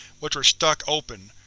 which were stuck open.